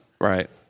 Right